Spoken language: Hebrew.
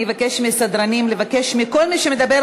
אני אבקש מהסדרנים לבקש מכל מי שמדבר,